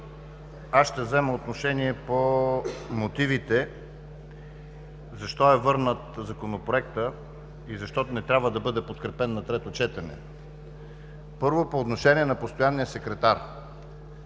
Аз ще взема отношение по мотивите, защо е върнат Законопроектът и защо не трябва да бъде подкрепен на трето четене. (Шум и реплики.) Първо, по отношение на постоянния секретар.